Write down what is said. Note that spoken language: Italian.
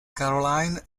caroline